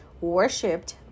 worshipped